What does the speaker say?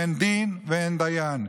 אין דין ואין דיין.